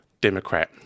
Democrat